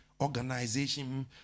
organization